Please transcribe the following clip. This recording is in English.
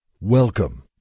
Welcome